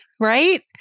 right